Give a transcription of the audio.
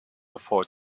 afford